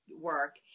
work